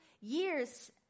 years